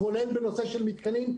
כולל בנושא של המתקנים,